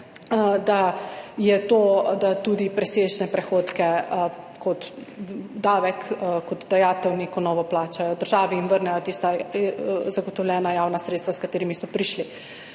investicije, da tudi presežne prihodke kot davek, kot neko novo dajatev plačajo državi in vrnejo tista zagotovljena javna sredstva, s katerimi so prišli